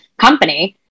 company